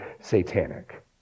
satanic